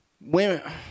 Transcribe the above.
women